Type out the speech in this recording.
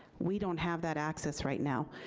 we don't have that access right now.